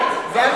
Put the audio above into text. זהבה,